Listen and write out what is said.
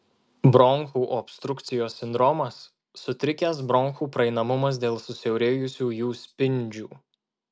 bronchų obstrukcijos sindromas sutrikęs bronchų praeinamumas dėl susiaurėjusių jų spindžių